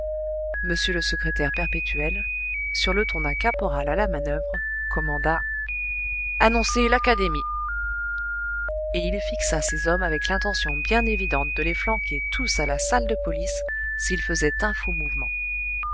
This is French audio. m le secrétaire perpétuel sur le ton d'un caporal à la manoeuvre commanda annoncez l'académie et il fixa ses hommes avec l'intention bien évidente de les flanquer tous à la salle de police s'ils faisaient un faux mouvement